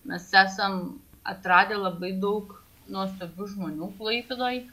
mes esam atradę labai daug nuostabių žmonių klaipėdoj